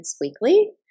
weekly